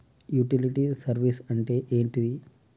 Utility service అంటే ఏంటిది?